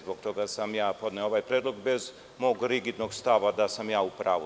Zbog toga sam ja podneo ovaj predlog, bez mog rigidnog stava da sam ja u pravu.